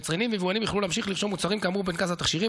יצרנים ויבואנים יוכלו להמשיך לרשום מוצרים כאמור בפנקס התכשירים,